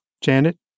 Janet